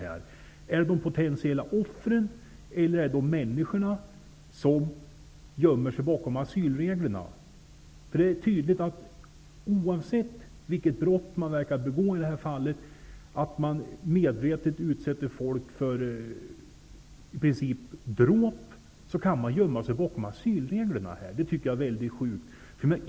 Är det de potentiella offrens intressen eller är det intressena hos de människor som gömmer sig bakom asylreglerna? Oavsett vilket brott människor begår, om de så i princip medvetet utsätter andra för dråp, kan de tydligen gömma sig bakom asylreglerna. Det tycker jag är väldigt sjukt.